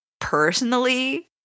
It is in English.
personally